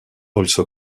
also